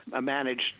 managed